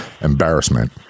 embarrassment